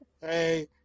hey